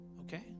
okay